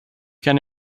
can